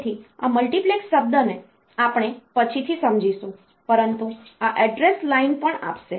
તેથી આ મલ્ટિપ્લેક્સ શબ્દને આપણે પછીથી સમજીશું પરંતુ આ એડ્રેસ લાઇન પણ આપશે